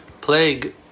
plague